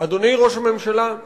אתה מתנגד שהעם יחליט?